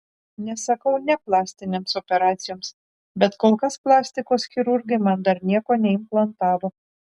nesakau ne plastinėms operacijoms bet kol kas plastikos chirurgai man dar nieko neimplantavo